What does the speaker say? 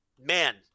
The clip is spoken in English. man